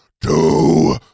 two